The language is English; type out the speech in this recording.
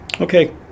Okay